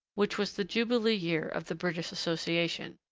which was the jubilee year of the british association.